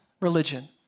religion